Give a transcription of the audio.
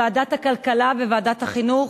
ועדת הכלכלה וועדת החינוך.